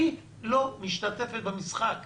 אנחנו אומרים שלפחות